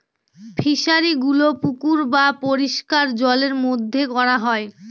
ফিশারিগুলো পুকুর বা পরিষ্কার জলের মধ্যে করা হয়